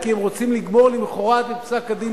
כי הם רוצים לגמור למחרת את פסק-הדין,